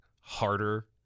harder